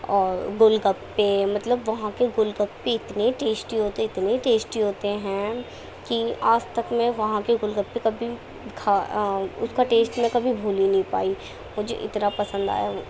اور گول گپے مطلب وہاں کے گول گپے اتنے ٹیسٹی ہوتے اتنے ٹیسٹی ہوتے ہیں کہ آج تک میں وہاں کے گول گپے کبھی کھا اس کا ٹیسٹ میں کبھی بھول ہی نہیں پائی مجھے اتنا پسند آیا